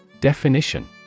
Definition